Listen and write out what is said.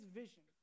vision